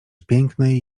pięknej